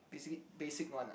basically basic one lah